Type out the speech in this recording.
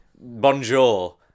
bonjour